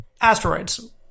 Asteroids